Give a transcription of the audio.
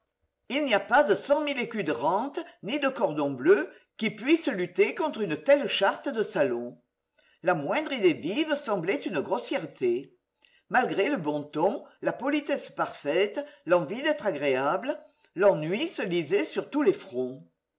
il n'y a pas de cent mille écus de rentes ni de cordon bleu qui puissent lutter contre une telle charte de salon la moindre idée vive semblait une grossièreté malgré le bon ton la politesse parfaite l'envie d'être agréable l'ennui se lisait sur tous les fronts